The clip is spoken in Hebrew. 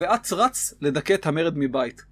ואץ רץ לדכא את המרד מבית.